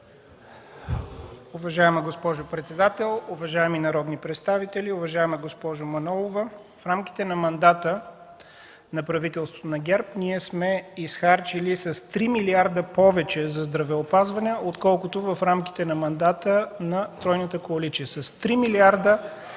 Уважаема госпожо председател, уважаеми народни представители! Уважаема госпожо Манолова, в рамките на мандата на правителството на ГЕРБ ние сме изхарчили с 3 млрд. лв. повече за здравеопазване отколкото в рамките на мандата на Тройната коалиция.